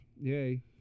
Yay